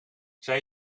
zij